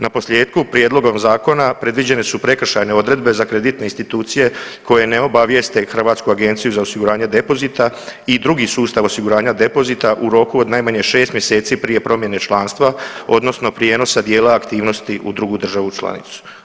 Na posljetku, prijedlogom zakona predviđene su prekršajne odredbe za kreditne institucije koje ne obavijeste Hrvatsku agenciju za osiguranje depozita i drugi sustav osiguranja depozita u roku od najmanje šest mjeseci prije promjene članstva odnosno prijenosa dijela aktivnosti u drugu državu članicu.